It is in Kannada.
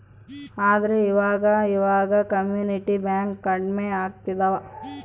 ಆದ್ರೆ ಈವಾಗ ಇವಾಗ ಕಮ್ಯುನಿಟಿ ಬ್ಯಾಂಕ್ ಕಡ್ಮೆ ಆಗ್ತಿದವ